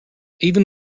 even